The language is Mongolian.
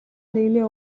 нэгний